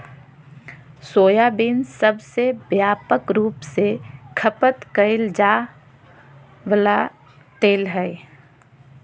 soybean सबसे व्यापक रूप से खपत कइल जा वला तेल हइ